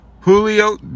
Julio